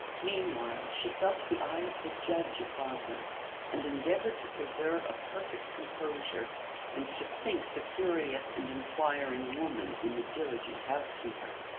meanwhile, she felt the eye of the judge upon her and endeavoured to preserve a perfect composure and to sink the curious and inquiring woman in the diligent housekeeper.